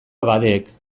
abadeek